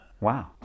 Wow